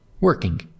working